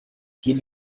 gehen